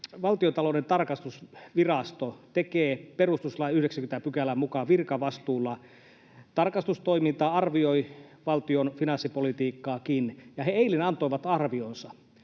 Valtiontalouden tarkastusvirasto tekee perustuslain 90 §:n mukaan virkavastuulla tarkastustoimintaa, arvioi valtion finanssipolitiikkaakin, ja he eilen antoivat arvionsa.